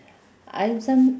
I some~